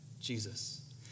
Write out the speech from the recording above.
Jesus